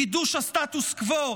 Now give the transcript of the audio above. קידוש הסטטוס קוו,